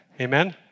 Amen